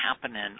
happening